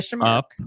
up